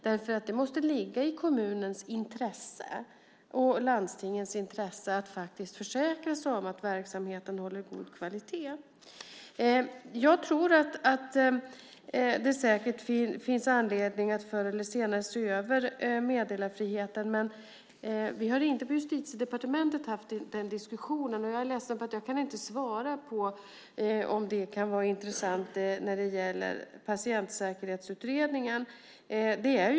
Det måste ligga i kommunernas och landstingens intresse att faktiskt försäkra sig om att verksamheten håller god kvalitet. Jag tror att det säkert finns anledning att förr eller senare se över meddelarfriheten. Vi har inte på Justitiedepartementet haft den diskussionen. Jag är ledsen att jag inte kan svara på om det kan vara intressant när det gäller Patientsäkerhetsutredningen.